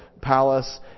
palace